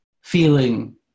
feeling